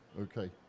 okay